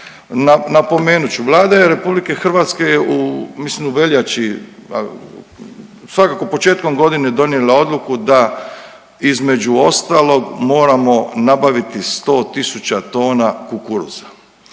Napomenut ću Vlada je Republike Hrvatske mislim u veljači, a svakako početkom godine donijela odluku da između ostalog moramo nabaviti 100 tisuća tona kukuruza,